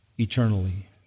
eternally